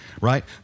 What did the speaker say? Right